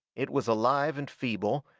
it was alive and feeble,